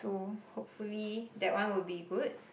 to hopefully that one will be good